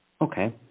Okay